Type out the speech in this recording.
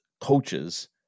coaches